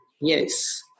Yes